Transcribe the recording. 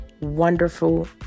wonderful